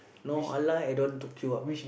non halal I don't queue up